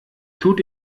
tut